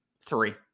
three